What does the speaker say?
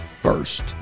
first